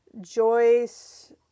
Joyce